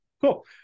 Cool